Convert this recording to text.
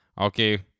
Okay